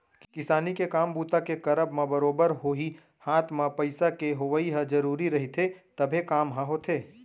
किसानी के काम बूता के करब म बरोबर होही हात म पइसा के होवइ ह जरुरी रहिथे तभे काम ह होथे